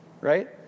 right